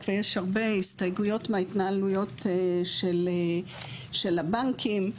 ויש הרבה הסתייגויות מההתנהלויות של הבנקים,